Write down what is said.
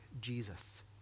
Jesus